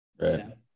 Right